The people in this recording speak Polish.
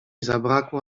zabrakło